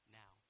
now